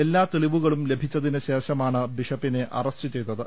എല്ലാ തെളിവുകളും ലഭിച്ചതിന് ശേഷമാണ് ബിഷപ്പിനെ അറസ്റ്റ് ചെയ്തത്